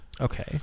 Okay